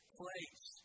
place